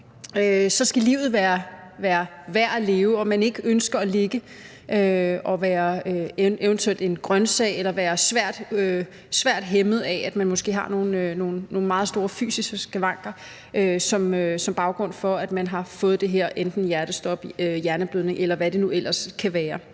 skal livet være værd at leve, og at man ikke ønsker at ligge og eventuelt være en grøntsag eller være svært hæmmet af, at man måske har nogle meget store fysiske skavanker, som følge af at man har fået enten et hjertestop, en hjerneblødning, eller hvad det nu ellers kan være.